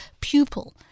pupil